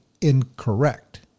incorrect